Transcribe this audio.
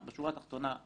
התחתונה,